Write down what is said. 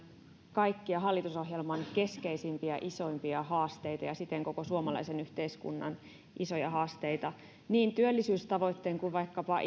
kaikkia hallitusohjelman keskeisimpiä isoimpia haasteita ja siten koko suomalaisen yhteiskunnan isoja haasteita niin työllisyystavoitteen kuin vaikkapa